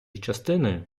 частиною